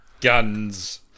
Guns